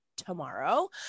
tomorrow